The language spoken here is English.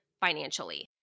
financially